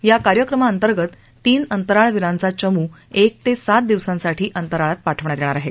या कार्यक्रमाअंतर्गत तीन अंतराळवीराचा चमू एक ते सात दिवसांसाठी अंतराळात पाठवण्यात येणार आहे